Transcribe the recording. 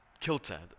kilter